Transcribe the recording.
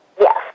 Yes